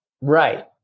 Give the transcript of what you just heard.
Right